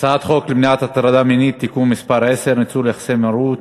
הצעת חוק למניעת הטרדה מינית (תיקון מס' 10) (ניצול יחסי מרות